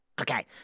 Okay